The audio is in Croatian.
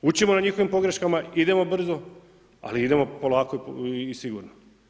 Učimo na njihovim pogreškama, idemo brzo ali idemo i polako i sigurno.